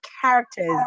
characters